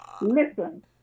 Listen